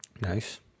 nice